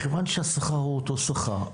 מכיוון שהשכר הוא אותו שכר,